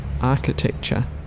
architecture